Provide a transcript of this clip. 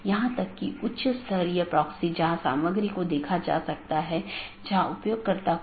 1 open message दो सहकर्मी nodes के बीच एक BGP सत्र स्थापित करता है